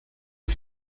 die